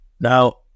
Now